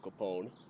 Capone